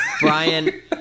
Brian